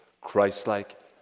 Christ-like